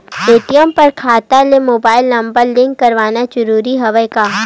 ATM बर खाता ले मुबाइल नम्बर लिंक करवाना ज़रूरी हवय का?